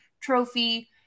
Trophy